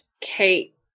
kate